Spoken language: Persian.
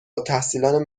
التحصیلان